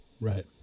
Right